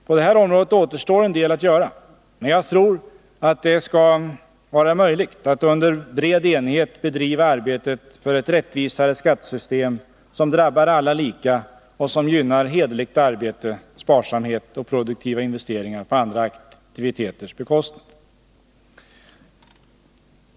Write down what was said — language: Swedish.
På det här området återstår en del att göra, men jagtror att det skall vara möjligt att under bred enighet bedriva arbetet för ett rättvisare skattesystem, som drabbar alla lika och som gynnar hederligt arbete, sparsamhet och produktiva investeringar på andra aktiviteters bekostnad.